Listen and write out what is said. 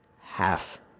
half